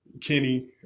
Kenny